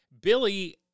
Billy